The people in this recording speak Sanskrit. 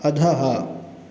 अधः